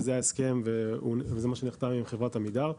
וזה ההסכם ומה שנחתם עם חברת עמידר,